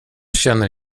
känner